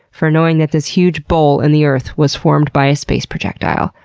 for knowing that this huge bowl in the earth was formed by a space projectile.